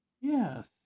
Yes